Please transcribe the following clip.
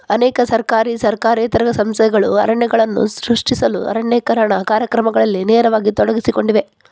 ಅನೇಕ ಸರ್ಕಾರಿ ಸರ್ಕಾರೇತರ ಸಂಸ್ಥೆಗಳು ಅರಣ್ಯಗಳನ್ನು ಸೃಷ್ಟಿಸಲು ಅರಣ್ಯೇಕರಣ ಕಾರ್ಯಕ್ರಮಗಳಲ್ಲಿ ನೇರವಾಗಿ ತೊಡಗಿಸಿಕೊಂಡಿವೆ